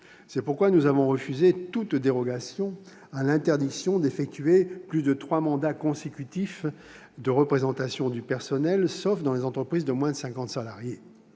C'est pourquoi nous avons refusé toute dérogation à l'interdiction d'effectuer plus de trois mandats consécutifs de représentation du personnel, sauf dans les entreprises de moins de 50 salariés.